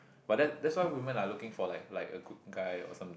but that that's why women are looking for like like a good guy or some